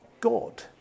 god